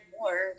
more